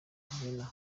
vienna